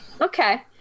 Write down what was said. Okay